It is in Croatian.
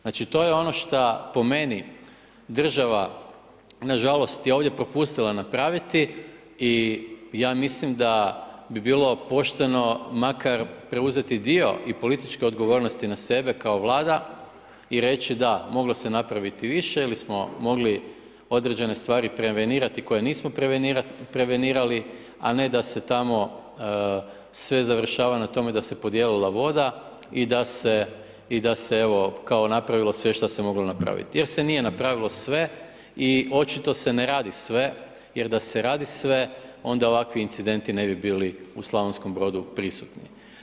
Znači, to je ono što po meni, država nažalost, je ovdje propustili napraviti i ja mislim da bi bilo pošteno makar preuzeti dio i političke odgovornosti na sebe kao Vlada i reći: da, moglo se napraviti više ili smo mogli određene stvari prevenirati koje nismo prevenirali, a ne da se tamo sve završava na tome da se podijelila voda i da se evo, kao napravilo sve što moglo napraviti jer se nije napravilo sve i očito se ne radi sve jer da se radi sve, onda ovakvi incidenti ne bi bili u Slavonskom Brodu prisutni.